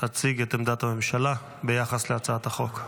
להציג את עמדת הממשלה ביחס להצעת החוק.